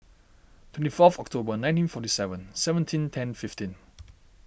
twenty four of October nineteen forty seven seventeen ten fifteen